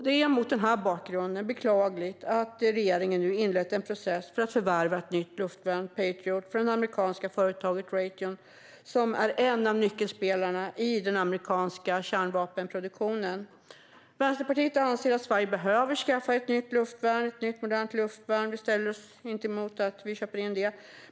Det är mot denna bakgrund beklagligt att regeringen har inlett en process för att förvärva ett nytt luftvärnssystem, Patriot, från det amerikanska företaget Raytheon som är en av nyckelspelarna i den amerikanska kärnvapenproduktionen. Vänsterpartiet anser att Sverige behöver skaffa ett nytt modernt luftvärn, och vi motsätter oss inte att Sverige köper in det.